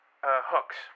Hooks